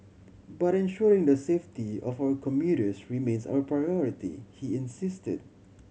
but ensuring the safety of our commuters remains our priority he insisted